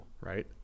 Right